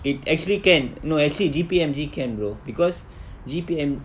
wait actually can no actually G_P_M_G can brother because G_P_M